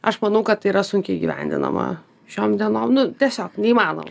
aš manau kad tai yra sunkiai įgyvendinama šiom dienom nu tiesiog neįmanoma